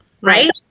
right